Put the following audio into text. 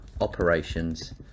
Operations